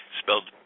spelled